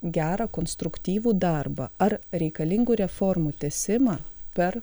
gerą konstruktyvų darbą ar reikalingų reformų tęsimą per